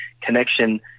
Connection